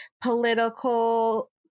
political